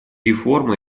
реформы